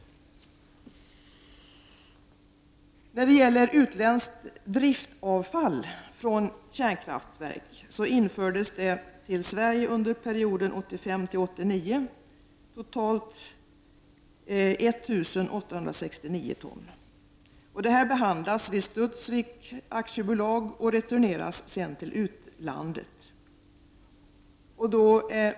Då det gäller utländskt driftavfall från kärnkraftverk infördes till Sverige under perioden 1985—1989 totalt 1 869 ton. Det här behandlas vid Studsvik AB och returneras sedan till utlandet.